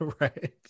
Right